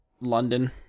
London